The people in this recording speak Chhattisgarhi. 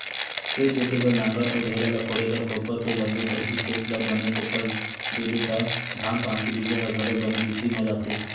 खेत जोते बर नांगर अउ ढ़ेला ल फोरे बर कोपर तो लागबे करही, खेत ल बने कोपर देबे त धान पान के बीजा ह घलोक बने भीतरी म जाथे